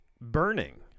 Burning